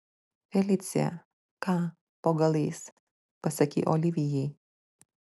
felicija ką po galais pasakei olivijai